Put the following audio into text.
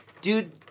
Dude